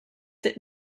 sit